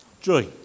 Joy